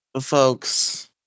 Folks